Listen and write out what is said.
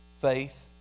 Faith